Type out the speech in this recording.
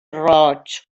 roig